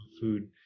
food